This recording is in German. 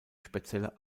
spezielle